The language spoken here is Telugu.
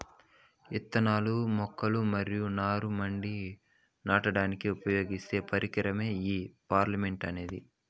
ఇత్తనాలు, మొక్కలు మరియు నారు మడిని నాటడానికి ఉపయోగించే పరికరమే ఈ ప్లాంటర్ అనేది